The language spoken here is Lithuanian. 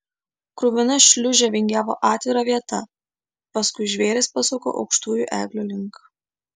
kruvina šliūžė vingiavo atvira vieta paskui žvėris pasuko aukštųjų eglių link